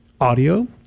audio